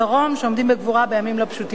שעומדים בגבורה בימים לא פשוטים אלה.